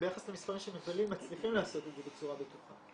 ביחס למספרים ש- -- מצליחים לעשות את זה בצורה בטוחה.